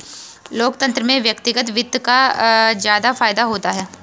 लोकतन्त्र में व्यक्तिगत वित्त का ज्यादा फायदा होता है